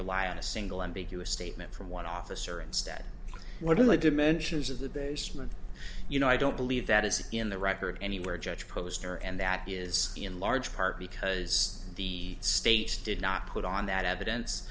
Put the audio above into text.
rely on a single ambiguous statement from one officer instead of one of the dimensions of the basement you know i don't believe that is in the record anywhere judge posner and that is in large part because the state did not put on that evidence